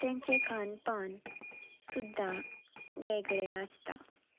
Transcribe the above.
तेंचें खानपान सुद्दां वेगळें आसता